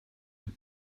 have